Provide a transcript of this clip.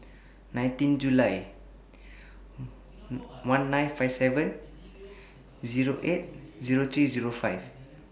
nineteen July one nine five seven Zero eight Zero three Zero five